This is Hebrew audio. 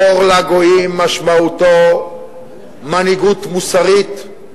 אור לגויים משמעותו מנהיגות מוסרית,